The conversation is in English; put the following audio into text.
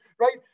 right